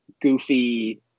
goofy